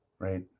right